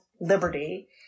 liberty